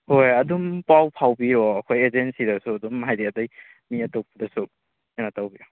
ꯍꯣꯏ ꯑꯗꯨꯝ ꯄꯥꯎ ꯐꯥꯎꯕꯤꯌꯣ ꯑꯩꯈꯣꯏ ꯑꯦꯖꯦꯟꯁꯤꯗꯁꯨ ꯑꯗꯨꯝ ꯍꯥꯏꯗꯤ ꯑꯗꯩ ꯃꯤ ꯑꯇꯣꯞꯄꯗꯁꯨ ꯀꯩꯅꯣ ꯇꯧꯕꯤꯌꯣ